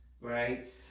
right